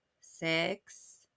six